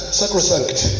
sacrosanct